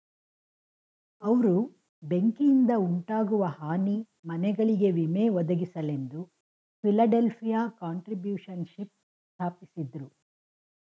ಅವ್ರು ಬೆಂಕಿಯಿಂದಉಂಟಾಗುವ ಹಾನಿ ಮನೆಗಳಿಗೆ ವಿಮೆ ಒದಗಿಸಲೆಂದು ಫಿಲಡೆಲ್ಫಿಯ ಕಾಂಟ್ರಿಬ್ಯೂಶನ್ಶಿಪ್ ಸ್ಥಾಪಿಸಿದ್ರು